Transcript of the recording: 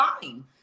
fine